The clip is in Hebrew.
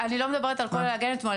אני לא מדברת על להגן על עצמו,